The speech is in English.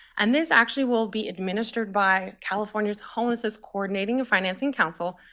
and this actually will be administered by california's homelessness coordinating and financing council,